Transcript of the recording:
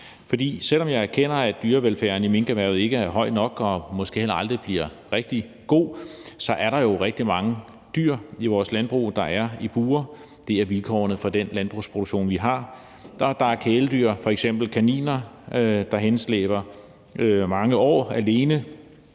selv om jeg erkender, at dyrevelfærden i minkerhvervet ikke er høj nok og måske heller aldrig bliver rigtig god, så er der jo rigtig mange dyr i vores landbrug, der er i bure. Det er vilkårene i den landbrugsproduktion, vi har. Der er kæledyr, f.eks. kaniner, der henslæber mange år i